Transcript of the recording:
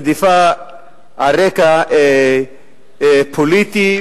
רדיפה על רקע פוליטי,